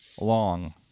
long